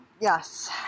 Yes